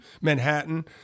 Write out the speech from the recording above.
Manhattan